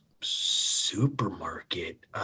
Supermarket